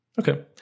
Okay